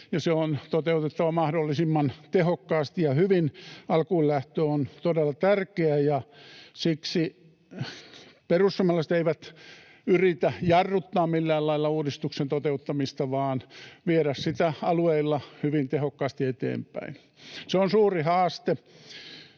se on toteutettava mahdollisimman tehokkaasti ja hyvin. Alkuunlähtö on todella tärkeä, ja siksi perussuomalaiset eivät yritä jarruttaa millään lailla uudistuksen toteuttamista vaan viedä sitä alueilla hyvin tehokkaasti eteenpäin. Se on suuri haaste.